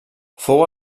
fou